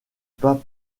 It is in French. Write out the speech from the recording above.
pas